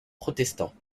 protestants